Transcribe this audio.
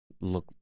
look